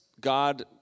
God